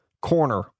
corner